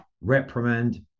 reprimand